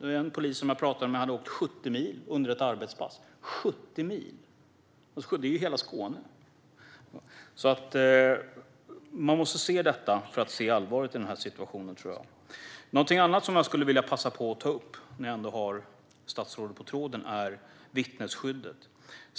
En polis jag pratade med hade åkt 70 mil under ett arbetspass - 70 mil! Det är ju hela Skåne. Vi måste se detta för att se allvaret i situationen, tror jag. Något annat jag skulle vilja passa på att ta upp när jag ändå har statsrådet på tråden är vittnesskyddet.